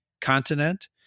continent